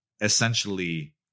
essentially